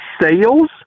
sales